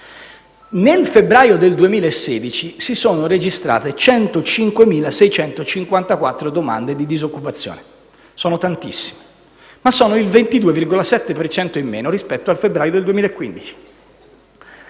Nel febbraio 2016 si sono registrate 105.654 domande di disoccupazione. Sono tantissime, ma sono il 22,7 per cento in meno rispetto al febbraio 2015.